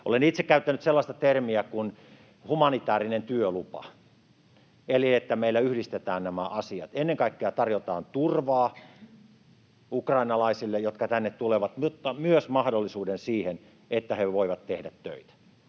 Olen itse käyttänyt sellaista termiä kuin ”humanitäärinen työlupa”, eli että meillä yhdistetään nämä asiat. Ennen kaikkea tarjotaan turvaa ukrainalaisille, jotka tänne tulevat, mutta myös mahdollisuus siihen, että he voivat tehdä töitä.